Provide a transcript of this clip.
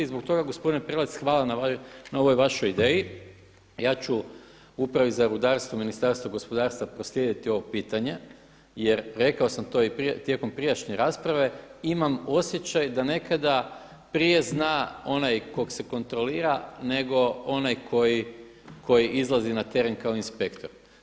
I zbog toga gospodine Prelac hvala na ovoj vašoj ideji, a ja ću Upravi za rudarstvo Ministarstva gospodarstva proslijediti ovo pitanje jer rekao sam to i tijekom prijašnje rasprave, imam osjećaj da nekada prije zna onaj kog se kontrolira nego onaj koji izlazi na teren kao inspektor.